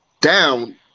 Down